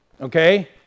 Okay